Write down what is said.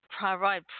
provide